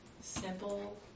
Simple